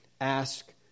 ask